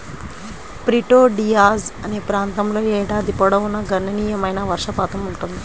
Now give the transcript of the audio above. Prieto Diaz అనే ప్రాంతంలో ఏడాది పొడవునా గణనీయమైన వర్షపాతం ఉంటుంది